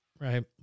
right